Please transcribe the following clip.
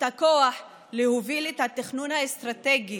את הכוח להוביל את התכנון האסטרטגי,